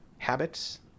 habits